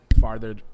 farther